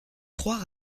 trois